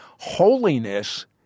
holiness